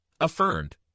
affirmed